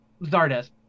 Zardes